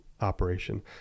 operation